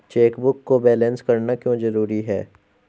Chequebook को balance करना क्यों जरूरी है?